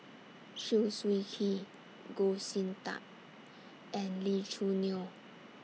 Chew Swee Kee Goh Sin Tub and Lee Choo Neo